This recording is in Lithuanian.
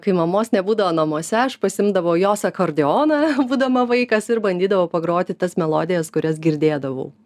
kai mamos nebūdavo namuose aš pasiimdavau jos akordeoną būdama vaikas ir bandydavau pagroti tas melodijas kurias girdėdavau